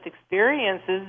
experiences